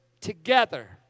together